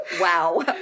wow